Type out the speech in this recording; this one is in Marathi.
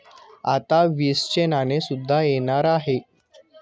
आता वीसचे नाणे सुद्धा येणार आहे